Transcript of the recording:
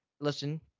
listen